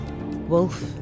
Wolf